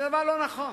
הוא דבר לא נכון.